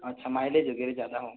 अच्छा माइलेज वगैरह ज़्यादा हो